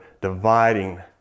dividing